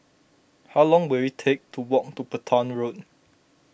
how long will it take to walk to Petain Road